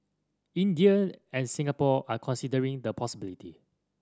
India and Singapore are considering the possibility